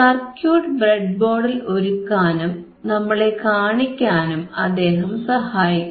circuit ബ്രെഡ്ബോർഡിൽ ഒരുക്കാനും നമ്മെ കാണിക്കാനും അദ്ദേഹം സഹായിക്കും